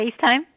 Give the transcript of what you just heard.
FaceTime